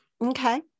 okay